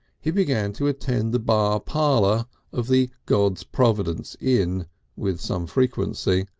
he began to attend the bar parlour of the god's providence inn with some frequency,